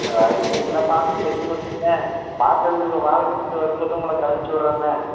ரைட்டுங்கண்ணே பார்த்து செஞ்சு விடுங்கண்ணே மார்க்கெட்டுக்கு வரும் போது உங்களை கவனிச்சு விடுறேண்ணே